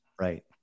Right